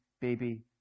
baby